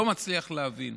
לא מצליח להבין.